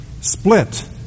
split